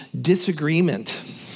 disagreement